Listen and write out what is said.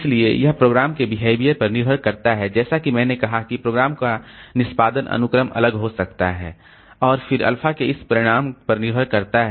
इसलिए यह प्रोग्राम के बिहेवियर पर निर्भर करता है जैसा कि मैंने कहा कि प्रोग्राम का निष्पादन अनुक्रम अलग हो सकता है और फिर अल्फा के इस परिणाम पर निर्भर करता है